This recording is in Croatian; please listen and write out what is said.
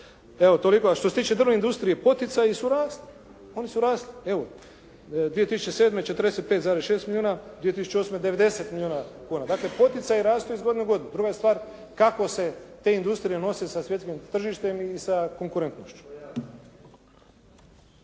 Evo toliko. A što se tiče drvne industrije poticaji su rasli. Oni su rasli. Evo 2007. 45,6 milijuna, 2008. 90 milijuna kuna. Dakle poticaji rastu iz godine u godinu. Druga je stvar kako se te industrije nose sa svjetskim tržištem i sa konkurentnošću.